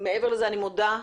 מעבר לזה אני מודה,